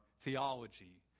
theology